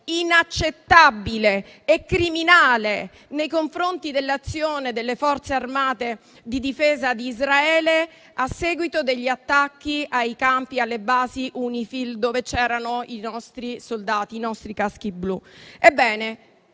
"inaccettabile" e "criminale" nei confronti dell'azione delle Forze armate e di difesa di Israele a seguito degli attacchi ai campi e alle basi UNIFIL, dove c'erano i nostri soldati, i nostri caschi blu. Ebbene,